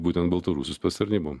būtent baltarusus pas tarnybom